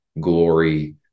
glory